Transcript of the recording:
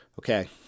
Okay